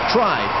Try